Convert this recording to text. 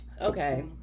okay